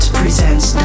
presents